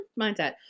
mindset